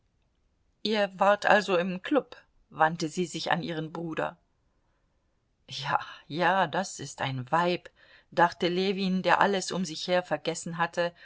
ihr wart also im klub wandte sie sich an ihren bruder ja ja das ist ein weib dachte ljewin der alles um sich her vergessen hatte